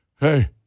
hey